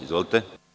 Izvolite.